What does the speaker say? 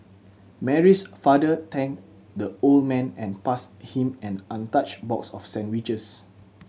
Mary's father thanked the old man and passed him an untouched box of sandwiches